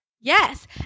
yes